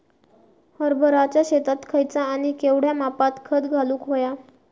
हरभराच्या शेतात खयचा आणि केवढया मापात खत घालुक व्हया?